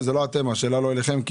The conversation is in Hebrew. השאלה היא לא אליכם.